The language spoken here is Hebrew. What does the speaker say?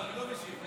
אני לא משיב.